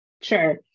Sure